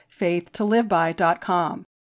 faithtoliveby.com